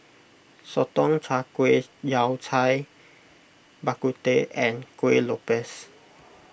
Sotong Char Kway Yao Cai Bak Kut Teh and Kueh Lopes